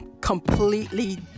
completely